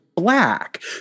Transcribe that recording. black